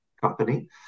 company